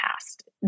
past